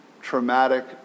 Traumatic